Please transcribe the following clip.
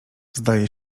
zdaje